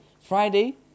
Friday